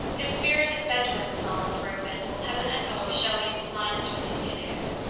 his spirited bedouin song, for example, has an echo of shelley's lines to an indian air